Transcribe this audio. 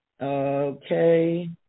Okay